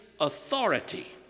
authority